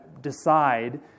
decide